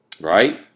Right